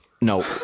no